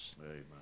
amen